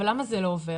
אבל למה זה לא עובר?